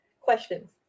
Questions